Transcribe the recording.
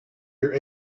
your